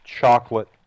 chocolate